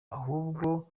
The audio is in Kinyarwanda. ahubwo